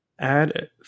add